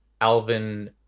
Alvin